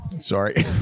Sorry